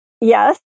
yes